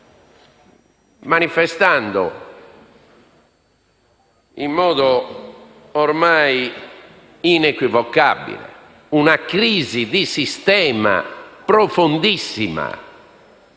manifestando in modo ormai inequivocabile una crisi profondissima